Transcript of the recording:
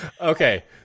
Okay